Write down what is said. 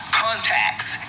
contacts